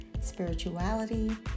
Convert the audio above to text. spirituality